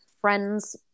friend's